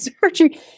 surgery